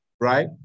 right